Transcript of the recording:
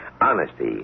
Honesty